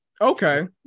okay